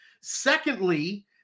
Secondly